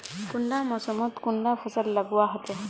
कुंडा मोसमोत कुंडा फसल लगवार होते?